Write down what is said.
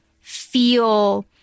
feel